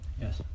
Yes